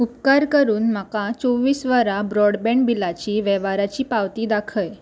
उपकार करून म्हाका चोवीस वरां ब्रॉडबँड बिलाची वेव्हाराची पावती दाखय